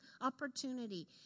opportunity